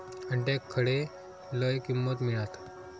अंड्याक खडे लय किंमत मिळात?